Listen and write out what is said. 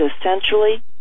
essentially